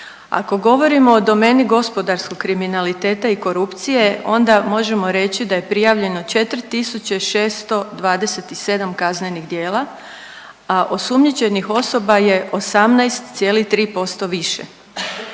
Ako govorimo o domeni gospodarskog kriminaliteta i korupcije, onda možemo reći da je prijavljeno 4627 kaznenih djela, a osumnjičenih osoba je 18,3% više.